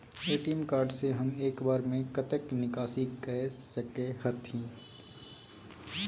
ATM card से हम एक बेर में कतेक निकासी कय सके छथिन?